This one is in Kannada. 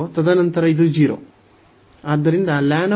ತದನಂತರ ಇದು 0